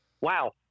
Wow